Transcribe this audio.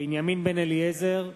בנימין בן-אליעזר,